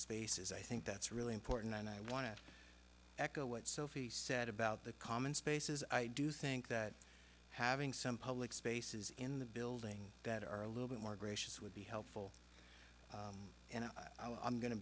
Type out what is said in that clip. spaces i think that's really important and i want to echo what sophie said about the common spaces i do think that having some public spaces in the building that are a little bit more gracious would be helpful and i'm going to